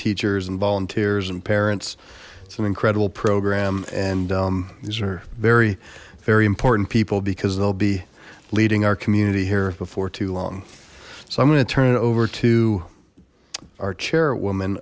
teachers and volunteers and parents some incredible program and these are very very important people because they'll be leading our community here before too long so i'm going to turn it over to our chairwoman